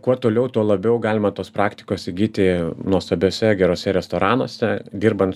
kuo toliau tuo labiau galima tos praktikos įgyti nuostabiuose geruose restoranuose dirbant